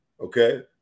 okay